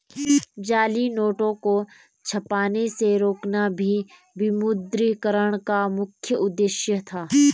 जाली नोटों को छपने से रोकना भी विमुद्रीकरण का मुख्य उद्देश्य था